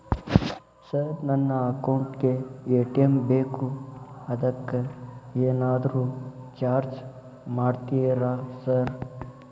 Sir ನನ್ನ account ಗೇ ATM ಬೇಕು ಅದಕ್ಕ ಏನಾದ್ರು ಚಾರ್ಜ್ ಮಾಡ್ತೇರಾ ಸರ್?